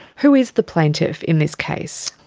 who is the plaintiff in this case?